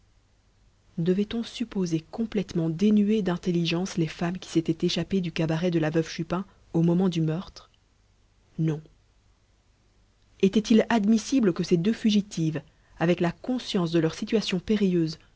devait-on supposer complètement dénuées d'intelligence les femmes qui s'étaient échappées du cabaret de la veuve chupin au moment du meurtre non était-il admissible que ces deux fugitives avec la conscience de leur situation périlleuse